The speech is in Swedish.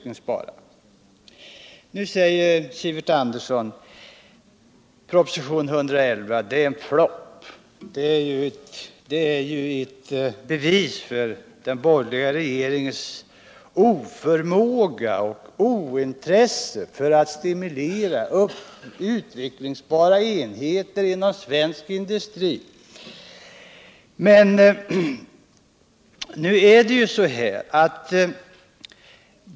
Nu säger Sivert Andersson att propositionen 111 ären flop. Den är ett bevis för den borgerliga regeringens oförmåga och ointresse när det gäller att stimulera utvecklingsbara enheter inom svensk industri, säger han.